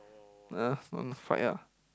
ah want to fight ah